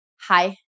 Hi